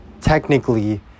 technically